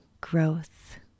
growth